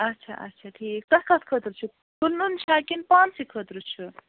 اَچھا اَچھا ٹھیٖک تۅہہِ کَتھ خٲطرٕ چھُ کٕنُن چھا کِنہٕ پانسٕے خٲطرٕ چھُ